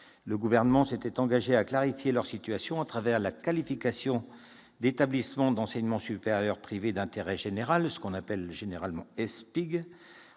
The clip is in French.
le Gouvernement s'était engagé à clarifier leur situation à travers la qualification d'établissement d'enseignement supérieur privé d'intérêt général, ou EESPIG.